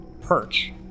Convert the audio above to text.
perch